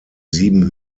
sieben